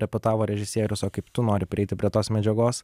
repetavo režisierius o kaip tu nori prieiti prie tos medžiagos